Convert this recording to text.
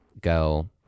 go